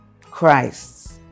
Christ